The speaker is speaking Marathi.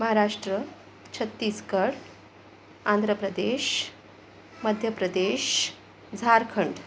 महाराष्ट्र छत्तीसगड आंध्र प्रदेश मध्य प्रदेश झारखंड